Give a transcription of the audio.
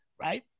right